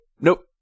nope